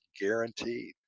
guaranteed